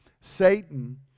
Satan